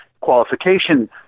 qualification